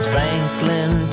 Franklin